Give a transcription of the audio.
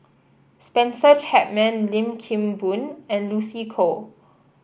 Spencer Chapman Lim Kim Boon and Lucy Koh